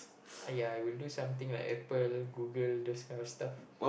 uh ya I will do something like Apple Google this kind of stuff